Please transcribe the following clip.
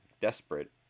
desperate